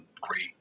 great